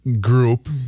group